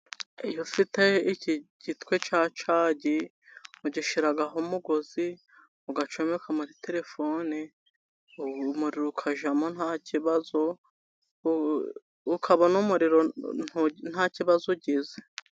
Iyo ufite igitwe cya cagi ugishyiraho umugozi ugacomeka muri terefone, umuriro ukajyamo nta kibazo, ukabona umuriro nta kibazo ugize.